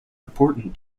important